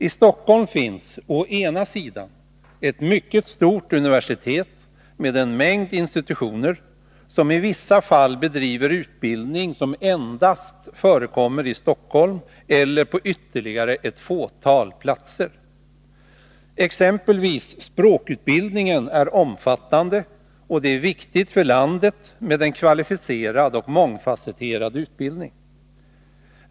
I Stockholm finns å ena sidan ett mycket stort universitet med en mängd institutioner, som i vissa fall bedriver utbildning som endast förekommer i Stockholm eller på ytterligare ett fåtal platser. Exempelvis språkutbildningen är omfattande, och det är viktigt för landet med en kvalificerad och mångfasetterad utbildning.